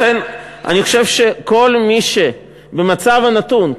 לכן אני חושב שכל מי שבמצב הנתון,